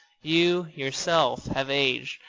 you, yourself, have aged,